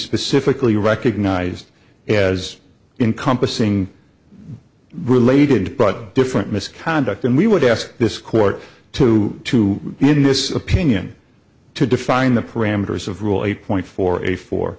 specifically recognized as in compassing related but different misconduct and we would ask this court to to this opinion to define the parameters of rule eight point four a fo